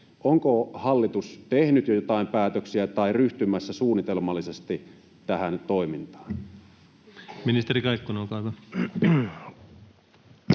Onko hallitus tehnyt jo joitain päätöksiä tai ryhtymässä suunnitelmallisesti tähän toimintaan? Ministeri Kaikkonen, olkaa hyvä.